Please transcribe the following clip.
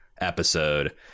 episode